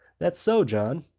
that so, john?